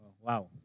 Wow